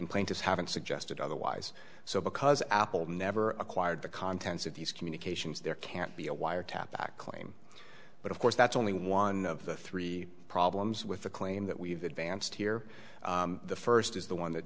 and plaintiffs haven't suggested otherwise so because apple never acquired the contents of these communications there can't be a wiretap that claim but of course that's only one of the three problems with the claim that we've advanced here the first is the one that